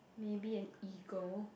maybe an eagle